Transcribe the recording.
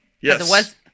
Yes